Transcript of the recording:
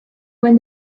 when